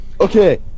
Okay